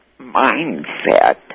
mindset